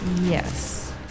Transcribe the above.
Yes